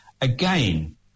again